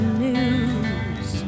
news